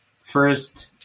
first